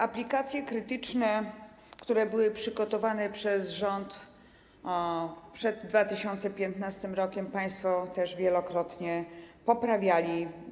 Aplikacje krytyczne, które były przygotowane przez rząd przed 2015 r., państwo tez wielokrotnie poprawiali.